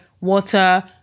water